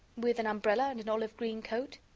with an umbrella and an olive-green coat?